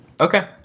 Okay